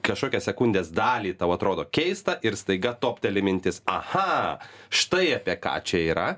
kažkokią sekundės dalį tau atrodo keista ir staiga topteli mintis aha štai apie ką čia yra